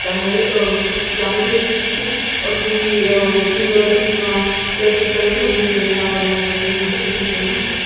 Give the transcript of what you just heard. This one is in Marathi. त्यामुळे त्यामध्ये खूप अगदी सुंदर किंवा प्रशिक्षण घेऊन केलेला वगैरे असं काही माझं ते नृत्य नव्हतं